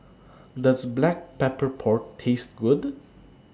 Does Black Pepper Pork Taste Good